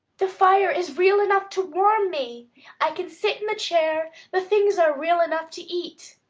the fire is real enough to warm me i can sit in the chair the things are real enough to eat.